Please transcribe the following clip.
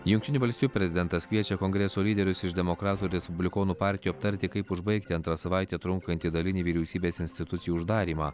jungtinių valstijų prezidentas kviečia kongreso lyderius iš demokratų respublikonų partijų aptarti kaip užbaigti antrą savaitę trunkantį dalinį vyriausybės institucijų uždarymą